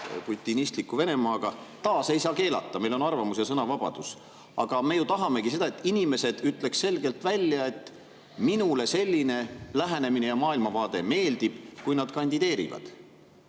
putinistliku Venemaaga, taas ei saa keelata – meil on arvamus- ja sõnavabadus. Aga me ju tahamegi seda, et inimesed ütleksid selgelt välja, et neile selline lähenemine ja maailmavaade meeldib, kui nad kandideerivad.